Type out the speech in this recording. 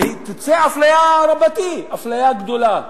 תצא אפליה רבתי, אפליה גדולה.